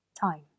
time